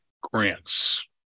grants